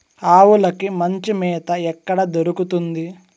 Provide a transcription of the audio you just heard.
ఆవులకి మంచి మేత ఎక్కడ దొరుకుతుంది?